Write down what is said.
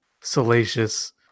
salacious